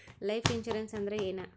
Life insurance ಅಂದ್ರ ಏನ?